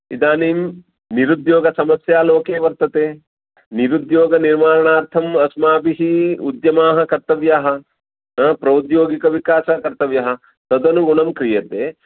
इदानीं निरुद्योगसमस्या लोके वर्तते निरुद्योगनिवारणार्थम् अस्माभिः उद्यमाः कर्तव्याः हा प्रौद्योगिकविकासः कर्तव्यः तदनुगुणं क्रियते